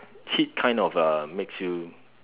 heat kind of uh makes you